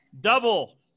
Double